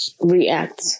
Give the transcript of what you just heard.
react